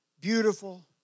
beautiful